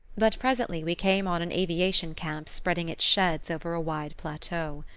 but presently we came on an aviation camp spreading its sheds over a wide plateau.